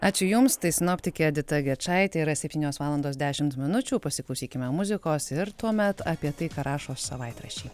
ačiū jums tai sinoptikė edita gečaitė yra septynios valandos dešimt minučių pasiklausykime muzikos ir tuomet apie tai ką rašo savaitraščiai